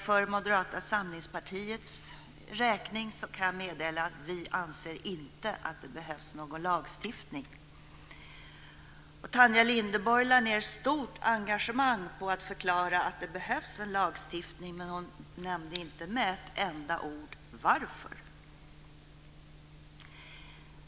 För Moderata samlingspartiets räkning kan jag meddela att vi inte anser att det behövs någon lagstiftning. Tanja Linderborg lade ned ett stort engagemang i att förklara att det behövs en lagstiftning, men hon nämnde inte med ett enda ord varför.